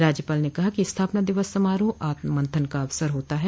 राज्यपाल ने कहा कि स्थापना दिवस समारोह आत्ममंथन का अवसर होता है